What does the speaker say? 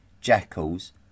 jackals